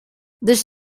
this